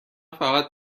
فقط